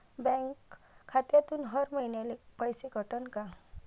Bank खात्यातून हर महिन्याले पैसे कटन का?